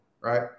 right